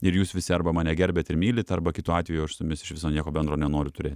ir jūs visi arba mane gerbiat ir mylit arba kitu atveju aš su jumis iš viso nieko bendro nenoriu turėt